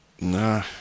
Nah